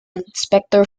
inspector